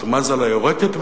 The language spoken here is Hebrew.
את "מזל היורקת"?